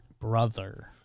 brother